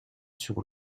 sur